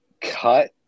cut